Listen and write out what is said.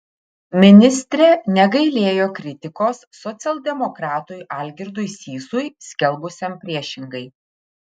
ministrė negailėjo kritikos socialdemokratui algirdui sysui skelbusiam priešingai